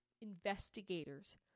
investigators